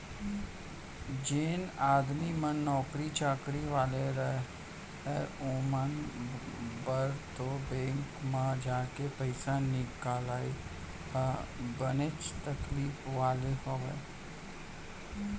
जेन आदमी मन नौकरी चाकरी वाले रहय ओमन बर तो बेंक म जाके पइसा निकलाई ह बनेच तकलीफ वाला होय